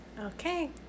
Okay